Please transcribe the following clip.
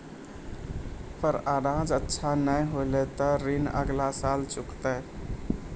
पर अनाज अच्छा नाय होलै तॅ ऋण अगला साल चुकैतै